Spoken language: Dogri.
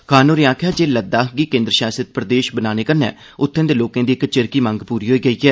खान होरें आखेआ जे लद्दाख गी केन्द्र शासित प्रदेश बनाने कन्नै उत्थे दे लोकें दी इक चिरकी मंग पूरी होई गेई ऐ